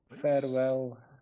Farewell